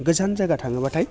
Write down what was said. गोजान जायगा थाङोब्लाथाय